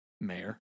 mayor